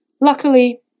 Luckily